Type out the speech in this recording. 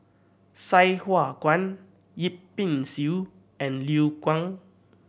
Sai Hua Kuan Yip Pin Xiu and Liu Kang